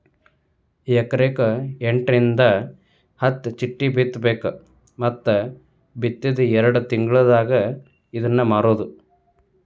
ಎಕರೆಕ ಎಂಟರಿಂದ ಹತ್ತ ಚಿಟ್ಟಿ ಬಿತ್ತಬೇಕ ಮತ್ತ ಬಿತ್ತಿದ ಎರ್ಡ್ ತಿಂಗಳಿಗೆ ಇದ್ನಾ ಮಾರುದು